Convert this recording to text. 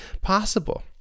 possible